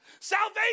Salvation